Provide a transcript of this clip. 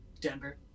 denver